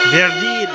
Verdi